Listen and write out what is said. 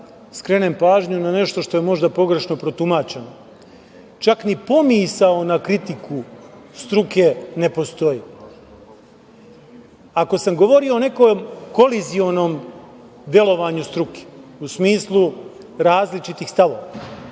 skrenem pažnju na nešto što je možda pogrešno protumačeno, čak ni pomisao na kritiku struke ne postoji. Ako sam govorio o nekom kolizionom delovanju struke u smislu različitih stavova,